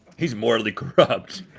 he's morally corrupt.